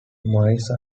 mice